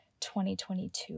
2022